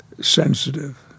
sensitive